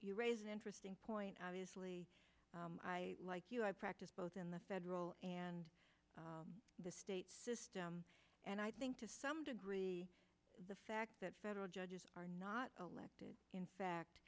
you raise an interesting point obviously i like you i practice both in the federal and state system and i think to some degree the fact that federal judges are not allowed in fact